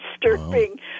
disturbing